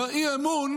אי-אמון